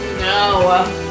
No